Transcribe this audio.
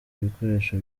ibikoresho